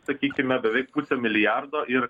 sakykime beveik pusę milijardo ir